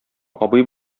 абый